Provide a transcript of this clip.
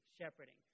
shepherding